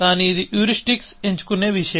కానీ ఇది హ్యూరిస్టిక్స్ ఎంచుకునే విషయం